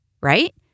right